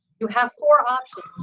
you have four options.